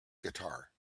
guitar